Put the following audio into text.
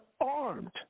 armed